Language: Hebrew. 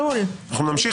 אין ספק